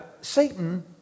Satan